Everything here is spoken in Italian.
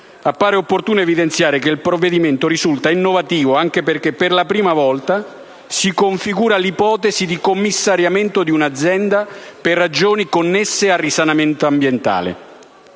Appare opportuno evidenziare che il provvedimento risulta innovativo anche perché, per la prima volta, si configura l'ipotesi di commissariamento di un'azienda per ragioni connesse al risanamento ambientale.